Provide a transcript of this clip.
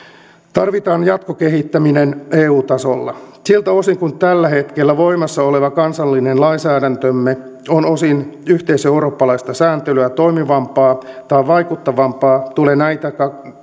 tarvitaan jatkokehittäminen eu tasolla siltä osin kuin tällä hetkellä voimassa oleva kansallinen lainsäädäntömme on osin yhteiseurooppalaista sääntelyä toimivampaa tai vaikuttavampaa tulee näitä